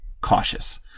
cautious